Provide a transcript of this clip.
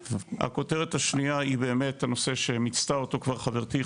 הכותרת השנייה היא באמת על נושא שמיצתה אותו כבר חברתי,